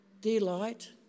delight